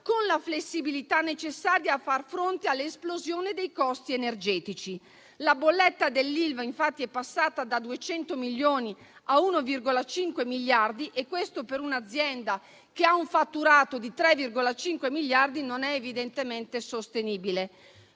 con la flessibilità necessaria a far fronte all'esplosione dei costi energetici. La bolletta dell'Ilva, infatti, è passata da 200 milioni a 1,5 miliardi e questo, per un'azienda che ha un fatturato di 3,5 miliardi, evidentemente non è sostenibile.